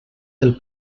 del